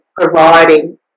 providing